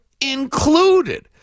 included